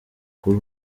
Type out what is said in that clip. kuri